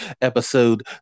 episode